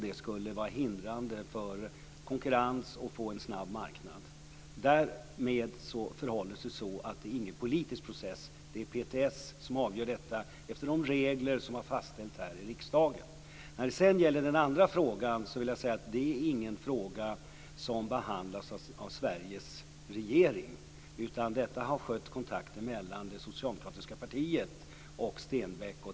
Det skulle också vara hindrande för konkurrens och för en snabb marknad. Därmed förhåller det sig så att detta är ingen politisk process. Det är PTS som avgör detta efter de regler som har fastställts här i riksdagen. När det sedan gäller den andra frågan så är det ingen fråga som behandlas av Sveriges regering. Detta har skötts genom kontakter mellan det socialdemokratiska partiet och Stenbeck.